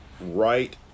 right